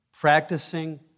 practicing